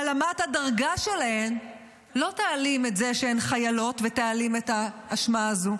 העלמת הדרגה שלהן לא תעלים את זה שהן חיילות ותעלים את האשמה הזו.